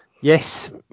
Yes